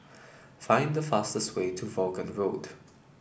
find the fastest way to Vaughan Road